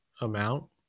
amount